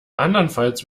andernfalls